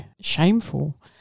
shameful